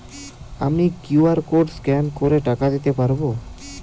আমি QR code scan করে টাকা দিতে পারবো?